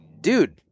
dude –